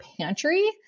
pantry